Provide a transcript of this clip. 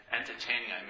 entertaining